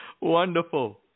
Wonderful